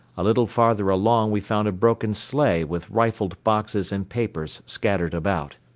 a little farther along we found a broken sleigh with rifled boxes and papers scattered about.